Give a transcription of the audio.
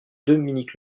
dominique